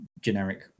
generic